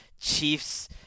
Chiefs